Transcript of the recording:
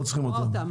לא צריכים אותם.